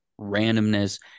randomness